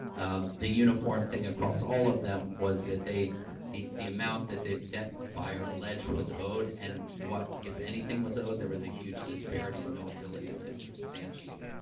um, the uniform thing across all of them was that they the the amount that the debt buyer alleged was owed and what, if anything was owed there was a huge disparity and no ability to substantiate.